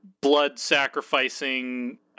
blood-sacrificing